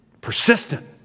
persistent